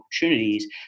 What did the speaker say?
opportunities